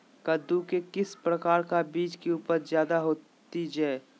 कददु के किस प्रकार का बीज की उपज जायदा होती जय?